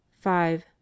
five